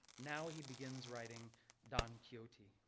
now he begins writing don quixote.